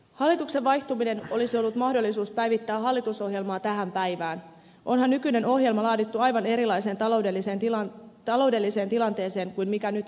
hallituksen vaihtuminen olisi ollut mahdollisuus päivittää hallitusohjelmaa tähän päivään onhan nykyinen ohjelma laadittu aivan erilaiseen taloudelliseen tilanteeseen kuin mikä nyt vallitsee